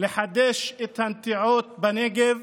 לחדש את הנטיעות בנגב